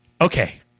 okay